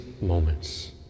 moments